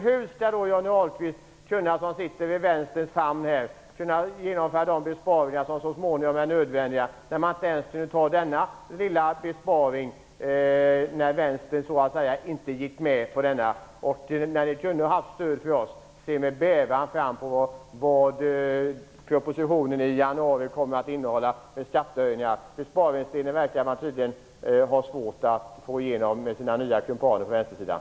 Hur skall Johnny Ahlqvist i Vänsterns famn kunna genomföra de besparingar som blir nödvändiga, när man inte ens kan genomföra denna lilla besparing därför att Vänstern inte gick med på den? Ni kunde ha fått stöd från oss. Jag ser med bävan fram emot vad propositionen i januari kommer att innehålla i form av skattehöjningar. Besparingsdelen verkar man ha svårt att få igenom med hjälp av sina nya kumpaner på vänstersidan.